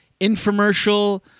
infomercial